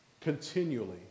continually